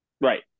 Right